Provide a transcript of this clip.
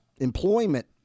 employment